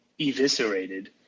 eviscerated